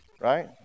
Right